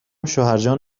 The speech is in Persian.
شوهرجان